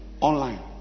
online